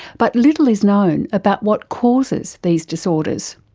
but little is known about what causes these disorders.